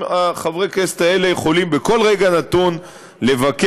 חברי הכנסת האלה יכולים בכל רגע נתון לבקר